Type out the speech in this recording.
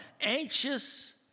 anxious